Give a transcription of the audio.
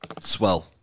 Swell